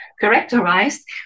characterized